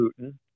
Putin